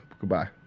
Goodbye